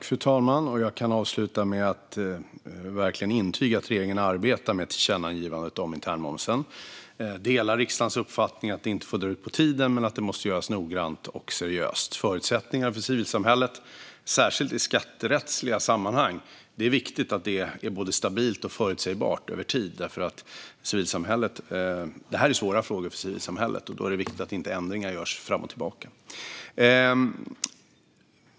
Fru talman! Jag kan avsluta med att verkligen intyga att regeringen arbetar med tillkännagivandet om internmomsen. Jag delar riksdagens uppfattning att det inte får dra ut på tiden men att det måste göras noggrant och seriöst. När det gäller förutsättningar för civilsamhället, och särskilt i skattesammanhang, är det viktigt att det är både stabilt och förutsägbart över tid. Det här är svåra frågor för civilsamhället. Då är det viktigt att inte ändringar görs fram och tillbaka.